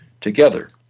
Together